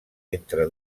entre